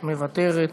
מוותרת.